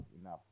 enough